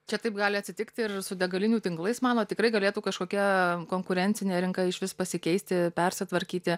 čia taip gali atsitikt ir su degalinių tinklais manot tikrai galėtų kažkokia konkurencinė rinka išvis pasikeisti persitvarkyti